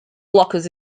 blockers